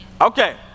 Okay